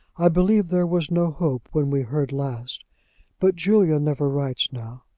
i believe there was no hope when we heard last but julia never writes now.